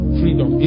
freedom